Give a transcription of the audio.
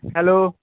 hello